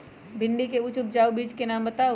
भिंडी के उच्च उपजाऊ बीज के नाम बताऊ?